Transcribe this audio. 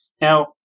Now